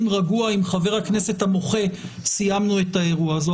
רגוע עם חבר הכנסת המוחה סיימנו את האירוע הזה.